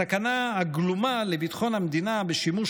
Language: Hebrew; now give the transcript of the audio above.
הסכנה הגלומה לביטחון המדינה בשימוש